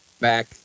Back